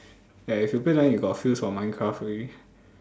ya if you play that one you got feels of minecraft ready